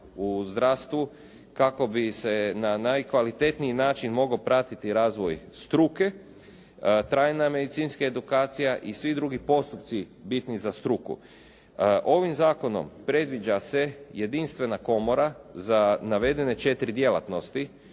u zdravstvu, kako bi se na najkvalitetniji način mogao pratiti razvoj struke, trajna medicinska edukacija i svi drugi postupci bitni za struku. Ovim zakonom predviđa se jedinstvena komora za navedene četiri djelatnosti